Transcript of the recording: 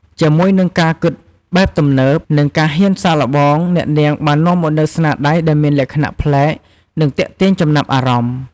ជាមួយនឹងការគិតបែបទំនើប និងការហ៊ានសាកល្បង អ្នកនាងបាននាំមកនូវស្នាដៃដែលមានលក្ខណៈប្លែក និងទាក់ទាញចំណាប់អារម្មណ៍។